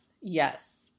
yes